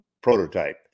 prototype